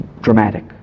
dramatic